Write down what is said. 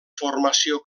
formació